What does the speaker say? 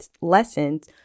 lessons